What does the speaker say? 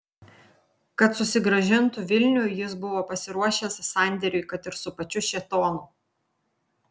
kad susigrąžintų vilnių jis buvo pasiruošęs sandėriui kad ir su pačiu šėtonu